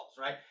right